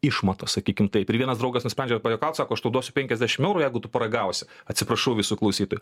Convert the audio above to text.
išmatos sakykim taip ir vienas draugas nusprendžia pajuokaut sako aš tau duosiu penkiasdešimt eurų jeigu tu paragausi atsiprašau visų klausytojų